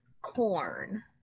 Corn